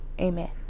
Amen